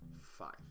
five